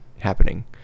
happening